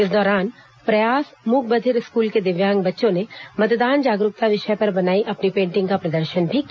इस दौरान प्रयास मूकबधिर स्कूल के दिव्यांग बच्चों ने मतदान जागरूकता विषय पर बनाई अपनी पेंटिग का प्रदर्शन भी किया